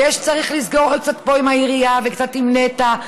וצריך לסגור עוד קצת פה עם העירייה וקצת עם נת"ע,